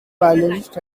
biologists